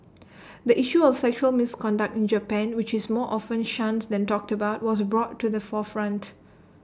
the issue of sexual misconduct in Japan which is more often shunned than talked about was brought to the forefront